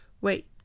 Wait